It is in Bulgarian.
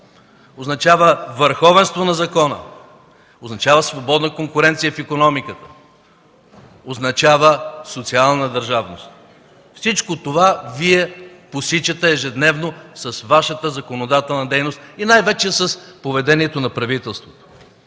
означава върховенство на закона, означава свободна конкуренция в икономиката, означава социална държавност. Всичко това Вие посичате ежедневно с Вашата законодателна дейност и най-вече с поведението на правителството,